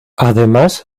además